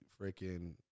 freaking